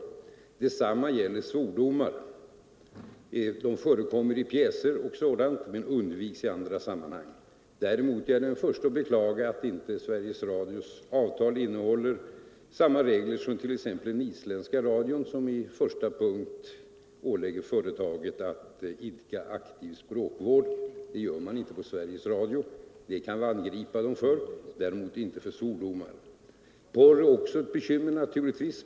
andra massmedie Detsamma gäller svordomar. De förekommer i pjäser och liknande frågor program men undviks i andra sammanhang. Däremot är jag den förste att beklaga att inte Sveriges Radios avtal innehåller samma regler som t.ex. den isländska radions, vars första punkt ålägger företaget att idka språkvård, det gör man inte på Sveriges Radio, och för det kan vi angripa Sveriges Radio, däremot inte för svordomar. Porr är naturligtvis också ett bekymmer.